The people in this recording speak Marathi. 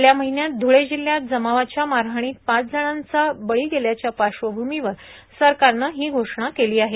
गेल्या महिन्यात धुळे जिल्ह्यात जमावाच्या मारहाणीत पाच जणांचा बळी गेल्याच्या पार्श्वभूमीवर सरकारनं ही घोषणा केली आहे